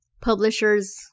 publishers